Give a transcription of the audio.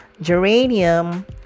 geranium